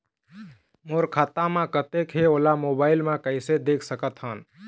मोर खाता म कतेक हे ओला मोबाइल म कइसे देख सकत हन?